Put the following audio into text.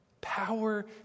Power